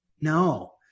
No